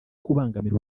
kubangamira